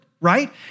right